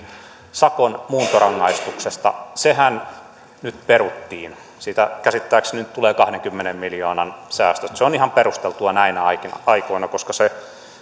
sakon muuntorangaistuksesta sehän nyt peruttiin siitä käsittääkseni nyt tulee kahdenkymmenen miljoonan säästöt se on ihan perusteltua näinä aikoina aikoina koska se